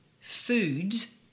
foods